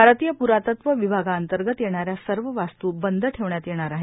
भारतीय पुरातत्व विभागाअंतर्गत येणाऱ्या सर्व वास्तू बंद ठेवण्यात येणार आहे